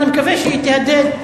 אני מקווה שהיא תהדהד,